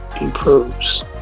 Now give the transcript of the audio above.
improves